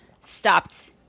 stopped